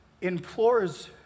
implores